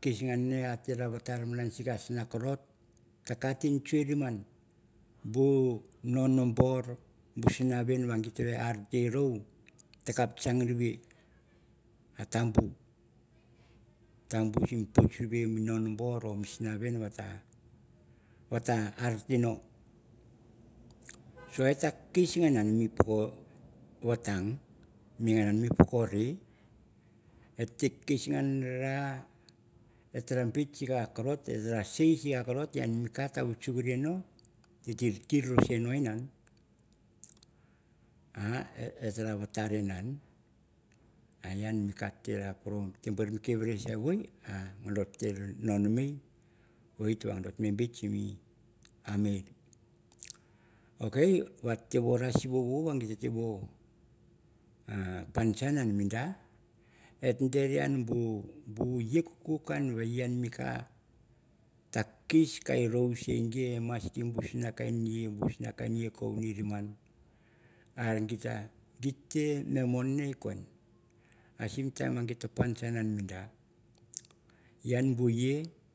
kis a vetar sim misina karot, ta katim surei riman bu mono bor, bu sana v/n na git tem no arte e ta kap changrevei. A tambu tambu sim aursurei mi mono bor misina vin vata, vata arte no. Sen mi et mas kisagan poko vatang ming en mi poko rei et ta ko yan rara. Et git sim isina nan. yang mi ka ta poro mi kei re se wu a dot ne nonomei wit ngat ve bit simi amir ok vat ta sivovo va gir punchan mi da e dere en bu ie kuku ve ngan mi ka ta kis ki e maxi bus nga sim time an git t puchan mi da yang bun ke.